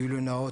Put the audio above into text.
גילוי נאות,